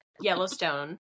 Yellowstone